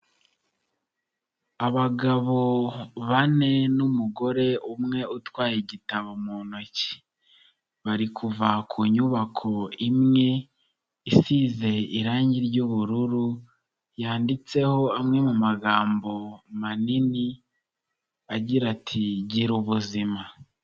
Abagabo bane n'umugore umwe utwaye igitabo mu ntoki, bari kuva ku nyubako imwe isize irangi ry'ubururu yanditseho amwe mu magambo manini agira ati: "Gira ubuzima."